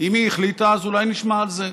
אם היא החליטה, אז אולי נשמע על זה.